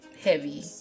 heavy